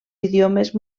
idiomes